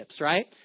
right